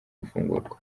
gufungurwa